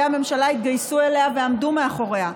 הממשלה התגייסו אליה ועמדו מאחוריה.